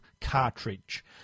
cartridge